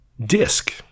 disc